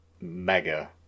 mega